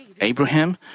Abraham